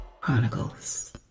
Chronicles